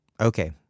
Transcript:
Okay